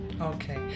Okay